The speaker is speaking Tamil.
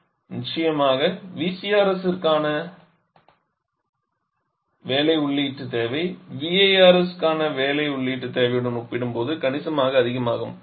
எனவே நிச்சயமாக VCRS க்கான வேலை உள்ளீட்டுத் தேவை VARS க்கான வேலை உள்ளீட்டுத் தேவையுடன் ஒப்பிடும்போது கணிசமாக அதிகமாகும்